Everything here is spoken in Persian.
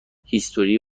هیستوری